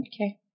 Okay